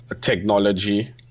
Technology